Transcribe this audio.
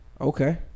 Okay